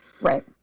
Right